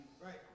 right